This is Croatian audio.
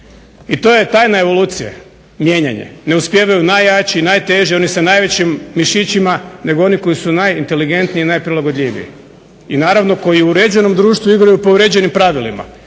i to je tajna evolucije, mijenjanje. Ne uspijevaju najjači, najteži, oni sa najvećim mišićima nego oni koji su najinteligentniji, najprilagodljiviji i naravno koji u uređenom društvu igraju po uređenim pravilima